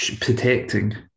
protecting